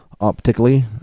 optically